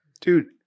dude